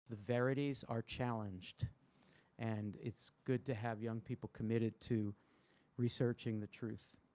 the verities are challenged and it's good to have young people committed to researching the truth.